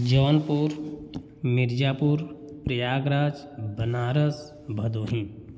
Jaunpur Mirzapur Prayagraj Banaras Bhadohi